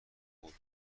خود